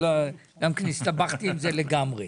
גם כן הסתבכתי עם זה לגמרי,